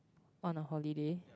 want a holiday